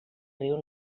riu